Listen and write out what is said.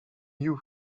new